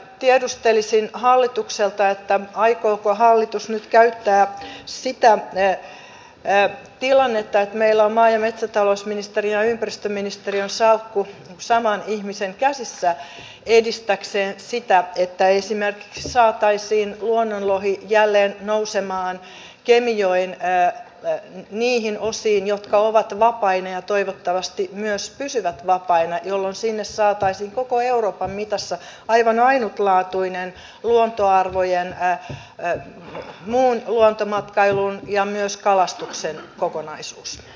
tiedustelisin hallitukselta aikooko hallitus nyt käyttää sitä tilannetta että meillä on maa ja metsätalousministeriön ja ympäristöministeriön salkku saman ihmisen käsissä edistääkseen sitä että esimerkiksi saataisiin luonnonlohi jälleen nousemaan kemijoen niihin osiin jotka ovat vapaina ja toivottavasti myös pysyvät vapaina jolloin sinne saataisiin koko euroopan mitassa aivan ainutlaatuinen luontoarvojen muun luontomatkailun ja myös kalastuksen kokonaisuus